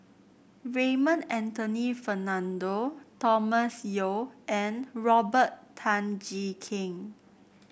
Raymond Anthony Fernando Thomas Yeo and Robert Tan Jee Keng